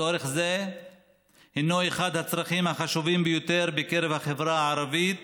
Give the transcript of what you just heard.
צורך זה הינו אחד הצרכים החשובים ביותר בקרב החברה הערבית